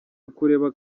ukureba